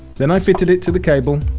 then i fitted it to the cable